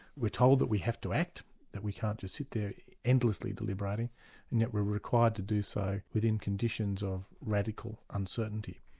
we're told we have to act that we can't just sit there endlessly deliberating and yet we're required to do so within conditions of radical uncertainty.